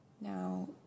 Now